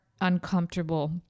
uncomfortable